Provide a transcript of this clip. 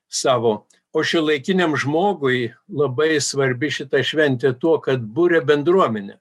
savo o šiuolaikiniam žmogui labai svarbi šita šventė tuo kad buria bendruomenę